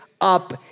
up